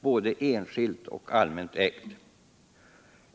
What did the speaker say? både det enskilda och det allmänt ägda.